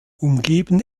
umgeben